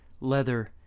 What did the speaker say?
leather